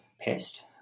pest